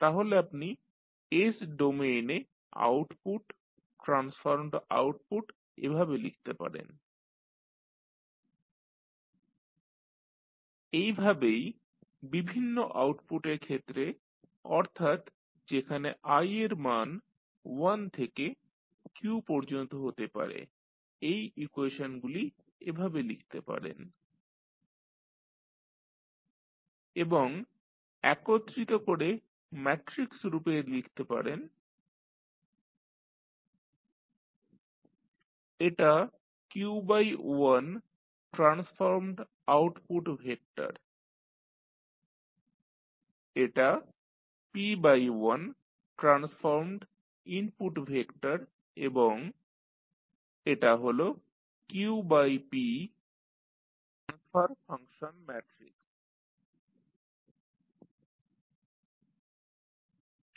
তাহলে আপনি s domain এ আউটপুট ট্রান্সফর্মড আউটপুট এভাবে লিখতে পারেন YisGi1sR1sGi2sR2sG1psRps এইভাবেই বিভিন্ন আউটপুটের ক্ষেত্রে অর্থাৎ যেখানে i এর মান 1 থেকে q পর্যন্ত হতে পারে এই ইকুয়েশনগুলি এভাবে লিখতে পারেন এবং একত্রিত করে ম্যাট্রিক্স রূপে লিখতে পারেন YsGsRs YsY1 Y2 ⋮ Yq হল q×1ট্রান্সফর্মড output vector RsR1 R2 ⋮ Rp হল p×1ট্রান্সফর্মড ইনপুট ভেক্টর এবং GsG11s G12s G1ps G21s G22s G2ps ⋮⋮⋱⋮ Gq1s Gq2s Gqps হল q×p ট্রান্সফার ফাংশন ম্যাট্রিক্স